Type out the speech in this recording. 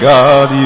God